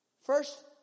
First